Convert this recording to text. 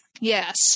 yes